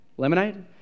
Lemonade